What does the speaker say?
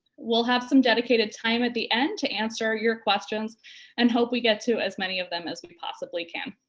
we'll have some dedicated time at the end to answer your questions and hope we get to as many of them as we possibly can.